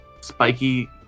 spiky